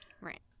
Right